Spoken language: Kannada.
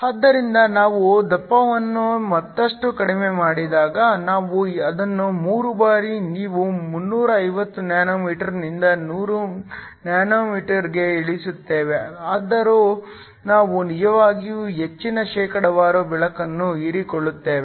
ಆದ್ದರಿಂದ ನಾವು ದಪ್ಪವನ್ನು ಮತ್ತಷ್ಟು ಕಡಿಮೆ ಮಾಡಿದಾಗ ನಾವು ಅದನ್ನು 3 ಬಾರಿ ನೀವು 350 nm ನಿಂದ 100 nm ಗೆ ಇಳಿಸುತ್ತೇವೆ ಆದರೂ ನಾವು ನಿಜವಾಗಿಯೂ ಹೆಚ್ಚಿನ ಶೇಕಡಾವಾರು ಬೆಳಕನ್ನು ಹೀರಿಕೊಳ್ಳುತ್ತೇವೆ